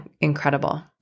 incredible